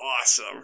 awesome